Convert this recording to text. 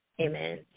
amen